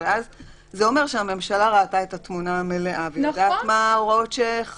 אבל אז זה אומר שהממשלה ראתה את התמונה המלאה ויודעת מה ההוראות שחלות,